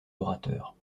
orateurs